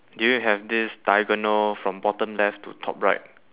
do you have this diagonal from bottom left to top right